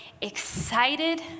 excited